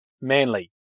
Manly